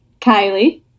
Kylie